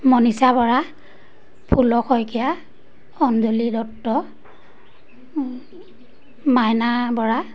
Manisha Bora Phul Saikia Anjali Dutta Maina Bora